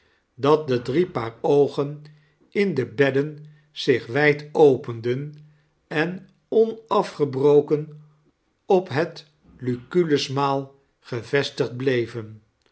dat de drie paar oogen in de beddein zich wjjd openden en onafgebroken op het lucullusmaal gevestigd bleven